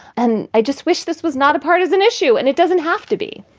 and i just wish this was not a partisan issue and it doesn't have to be